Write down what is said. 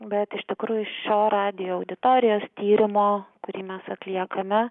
bet iš tikrųjų šio radijo auditorijos tyrimo kurį mes atliekame